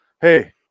Hey